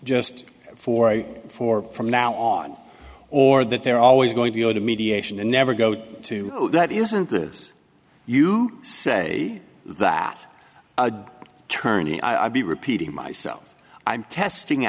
just for a fork from now on or that they're always going to go to mediation and never go to that isn't this you say that a tourney i'll be repeating myself i'm testing